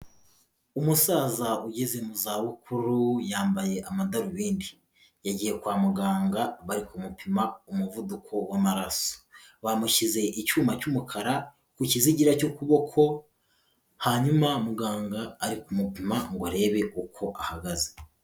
Umusaza ugeze mu za bukuru yambaye amadarubindi yagiye kwa muganga bari kumupima umuvuduko w'amaraso bamushyize icyuma cy'umukara ku kizigira cy'ukuboko hanyuma muganga ari kumupima ngo arebe uko ahagaze.